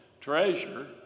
treasure